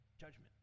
judgment